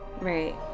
Right